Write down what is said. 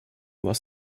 was